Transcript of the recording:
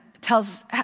tells